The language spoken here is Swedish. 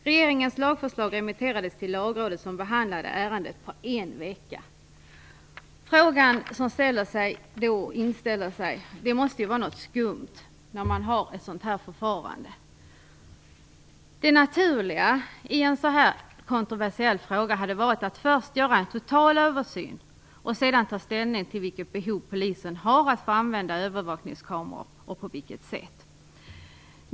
Regeringens lagförslag remitterades till Lagrådet som behandlade ärendet på en vecka. Frågan som inställer sig är att det måste vara något skumt när man tillämpar ett sådant här förfarande. Det naturliga i en sådan här kontroversiell fråga hade varit att först göra en total översyn och sedan ta ställning till vilket behov polisen har av att få använda övervakningskameror och på vilket sätt.